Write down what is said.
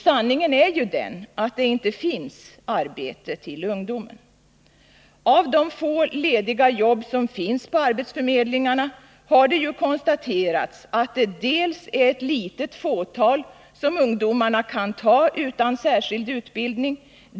Sanningen är den att det inte finns arbete till ungdomen. Det har konstaterats att av de få lediga jobb som finns på arbetsförmedlingarna är det ett litet fåtal som ungdomarna kan ta utan särskild utbildning.